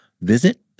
visit